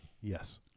Yes